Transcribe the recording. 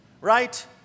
right